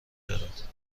دارد